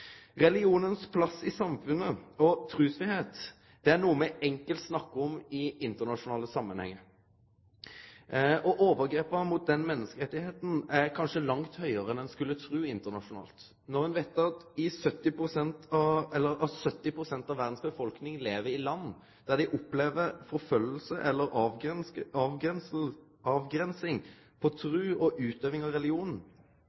plass i samfunnet og trusfridom er noko me enkelt snakkar om i internasjonale samanhengar. Overgrepa mot den menneskeretten er kanskje langt høgare enn ein skulle tru internasjonalt. 70 pst. av verdas befolkning lever i land der dei opplever forfølging eller